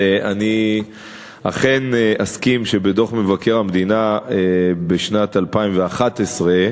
אכן אסכים שבדוח מבקר המדינה לשנת 2011,